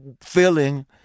feeling